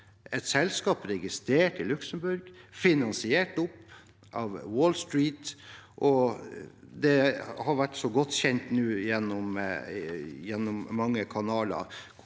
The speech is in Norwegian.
et selskap registrert i Luxembourg, finansiert opp av Wall Street, og det har nå vært så godt kjent gjennom mange kanaler